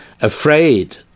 Afraid